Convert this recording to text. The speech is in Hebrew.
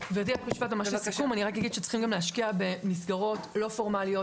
אני רק אגיד שצריך גם להשקיע במסגרות לא פורמאליות,